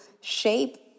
shape